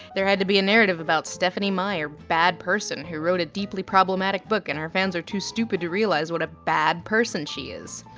there had to be a narrative about stephenie meyer bad person, who wrote a deeply problematic book and her fans are too stupid to realize what a bad person she is.